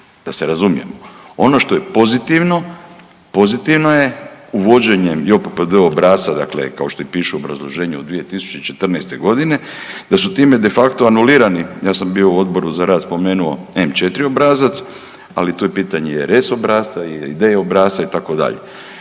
da se razumijemo. Ono što je pozitivno, pozitivno je uvođenjem JOPPD obrasca, dakle kao što i piše u obrazloženju od 2014. g., da su time de facto anulirani, ja sam bio u Odboru za rad, spomenuo M-4 obrazac, ali tu je pitanje i R-S obrasca ili D obrasca, itd.